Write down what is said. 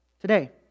today